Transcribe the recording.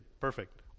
perfect